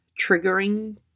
triggering